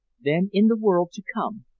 then in the world to come.